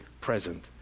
present